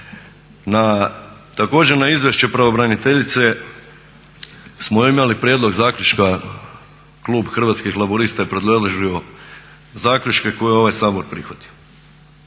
na izvješće pravobraniteljice smo imali prijedlog zaključka klub Hrvatskih laburista je predložio zaključke koje je ovaj Sabor prihvatio.